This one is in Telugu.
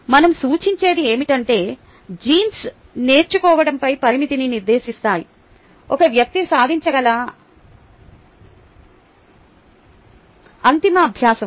మనం సూచించేది ఏమిటంటే జీన్స్ నేర్చుకోవడంపై పరిమితిని నిర్దేశిస్తాయి ఒక వ్యక్తి సాధించగల అంతిమ అభ్యాసం